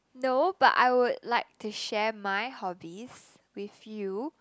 no but I would like to share my hobbies with you